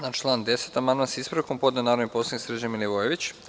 Na član 10. amandman sa ispravkom podneo je narodni poslanik Srđan Milivojević.